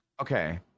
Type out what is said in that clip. Okay